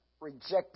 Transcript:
Rejected